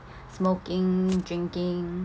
smoking drinking